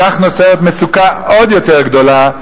כך נוצרת מצוקה עוד יותר גדולה,